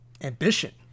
ambition